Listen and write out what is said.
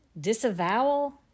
Disavowal